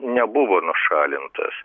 nebuvo nušalintas